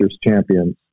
champions